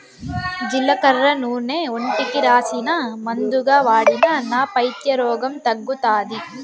జీలకర్ర నూనె ఒంటికి రాసినా, మందుగా వాడినా నా పైత్య రోగం తగ్గుతాది